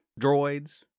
droids